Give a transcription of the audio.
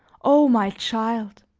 o my child!